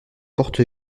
porte